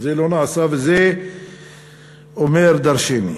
זה לא נעשה, וזה אומר דורשני.